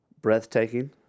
breathtaking